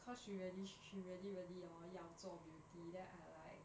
cause she really she really really hor 要做 beauty that I'm like